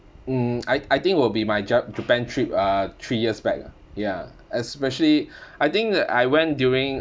mm I I think will be my jap~ japan trip uh three years back ah ya especially I think I went during